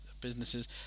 businesses